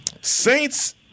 Saints